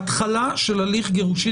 הפתיחה למסלול הזה.